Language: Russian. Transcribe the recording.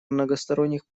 многосторонних